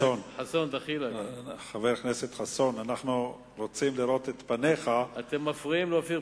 זו לא נועדה לתמוך בפעולות שוטפות של העמותות,